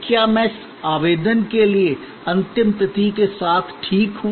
क्या मैं इस आवेदन के लिए अंतिम तिथि के साथ ठीक हूं